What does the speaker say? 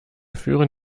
führen